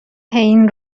این